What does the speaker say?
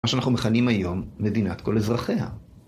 מה שאנחנו מכנים היום מדינת כל אזרחיה.